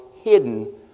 hidden